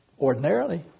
ordinarily